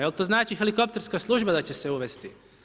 Je li to znači helikopterska služba da će se uvesti?